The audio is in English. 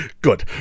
Good